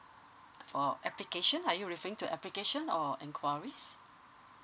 for application are you referring to application or enquiries